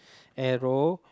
arrow